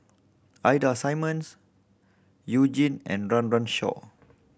Ida Simmons You Jin and Run Run Shaw